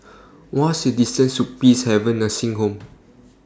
wha's The distance to Peacehaven Nursing Home